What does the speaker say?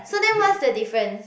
so then what's the difference